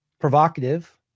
provocative